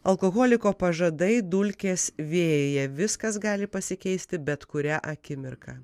alkoholiko pažadai dulkės vėjyje viskas gali pasikeisti bet kurią akimirką